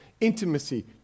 intimacy